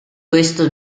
questo